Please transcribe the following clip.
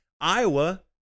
Iowa